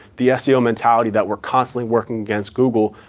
the seo mentality that we're constantly working against google,